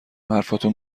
حرفاتون